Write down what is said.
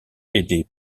aider